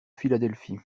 philadelphie